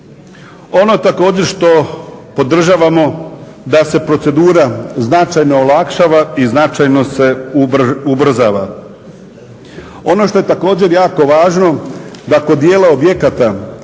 Ono također što podržavamo da se procedura značajno olakšava i značajno se ubrzava. Ono što je također jako važno kako dijela objekata